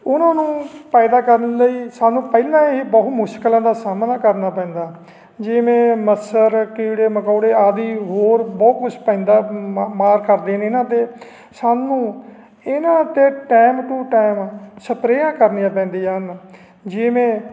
ਉਹਨਾਂ ਨੂੰ ਪੈਦਾ ਕਰਨ ਲਈ ਸਾਨੂੰ ਪਹਿਲਾਂ ਹੀ ਬਹੁਤ ਮੁਸ਼ਕਿਲਾਂ ਦਾ ਸਾਹਮਣਾ ਕਰਨਾ ਪੈਂਦਾ ਜਿਵੇਂ ਮੱਸਰ ਕੀੜੇ ਮਕੌੜੇ ਆਦਿ ਹੋਰ ਬਹੁਤ ਕੁਛ ਪੈਂਦਾ ਮਾ ਮਾਰ ਕਰਦੇ ਨੇ ਇਨ੍ਹਾਂ 'ਤੇ ਸਾਨੂੰ ਇਹਨਾਂ 'ਤੇ ਟੈਮ ਟੂ ਟੈਮ ਸਪਰੇਆਂ ਕਰਨੀਆਂ ਪੈਂਦੀਆਂ ਹਨ ਜਿਵੇਂ